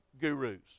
gurus